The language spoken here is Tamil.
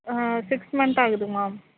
சிக்ஸ் மந்த் ஆகுதுங்க மேம்